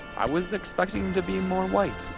i was expecting him to be more white.